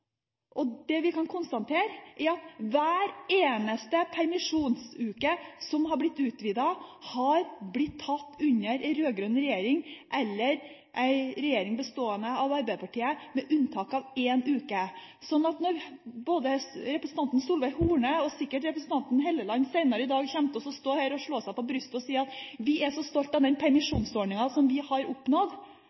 Det vi kan konstatere, er at hver eneste uke som permisjonstiden har blitt utvidet med, har blitt innført under den rød-grønne regjeringen eller en regjering bestående av Arbeiderpartiet – med unntak av én uke. Så når representanten Solveig Horne – som også representanten Hofstad Helleland sikkert vil gjøre senere i dag – står og slår seg på brystet og sier at vi er så stolte av den permisjonsordningen vi har oppnådd,